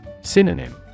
Synonym